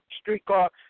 streetcar